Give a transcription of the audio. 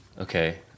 Okay